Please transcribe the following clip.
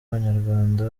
abanyarwanda